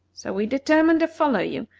so we determined to follow you,